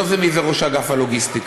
לא מי זה ראש ענף הלוגיסטיקה.